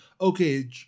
okay